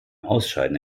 ausscheiden